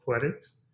Poetics